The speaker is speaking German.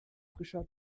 frischer